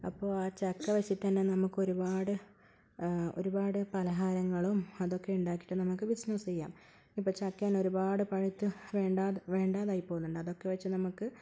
അപ്പോൾ ആ ചക്ക വച്ചിട്ടുതന്നെ നമുക്കൊരുപാട് ഒരുപാട് പലഹാരങ്ങളും അതൊക്കെയുണ്ടാക്കിയിട്ട് നമുക്ക് ബിസിനസ്സ് ചെയ്യാം ഇപ്പോൾ ചക്കതന്നെ ഒരുപാട് പഴുത്ത് വേണ്ടാതായിപ്പോവുന്നുണ്ട് അതൊക്കെ വച്ച് നമുക്ക്